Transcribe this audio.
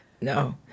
No